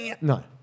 No